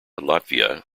latvia